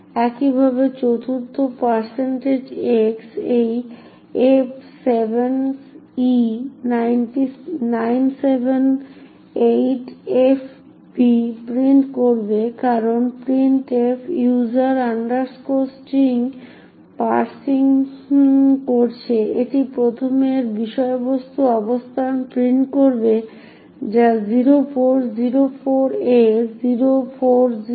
একইভাবে চতুর্থ x এই f7e978fb প্রিন্ট করবে কারণ printf user string পার্সিং করছে এটি প্রথমে এর বিষয়বস্তু অবস্থান প্রিন্ট করবে যা 0804a040